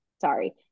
sorry